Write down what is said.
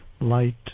light